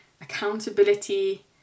accountability